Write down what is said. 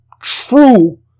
True